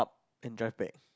enjoy pad